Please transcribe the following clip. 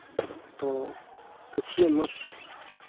तो पूछिए मत